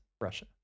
Russia